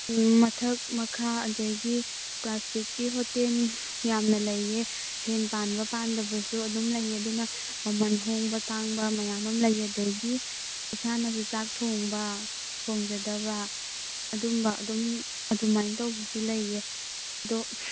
ꯃꯊꯛ ꯃꯈꯥ ꯑꯗꯒꯤ ꯀ꯭ꯂꯥꯁꯤꯛꯀꯤ ꯍꯣꯇꯦꯜ ꯌꯥꯝꯅ ꯂꯩꯌꯦ ꯐꯦꯟ ꯄꯥꯟꯕ ꯄꯥꯟꯗꯕꯁꯨ ꯑꯗꯨꯝ ꯂꯩꯌꯦ ꯑꯗꯨꯅ ꯃꯃꯜ ꯍꯣꯡꯕ ꯇꯥꯡꯕ ꯃꯌꯥꯝ ꯑꯃ ꯂꯩ ꯑꯗꯒꯤ ꯏꯁꯥꯅꯁꯨ ꯆꯥꯛ ꯊꯣꯡꯕ ꯊꯣꯡꯖꯗꯕ ꯑꯗꯨꯒꯨꯝꯕ ꯑꯗꯨꯝ ꯑꯗꯨꯃꯥꯏ ꯇꯧꯕꯁꯨ ꯂꯩꯌꯦ ꯑꯗꯣ